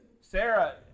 Sarah